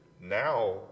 now